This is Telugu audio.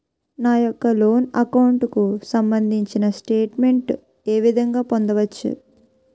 నా యెక్క లోన్ అకౌంట్ కు సంబందించిన స్టేట్ మెంట్ ఏ విధంగా పొందవచ్చు?